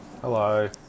hello